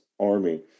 army